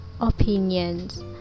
opinions